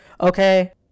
okay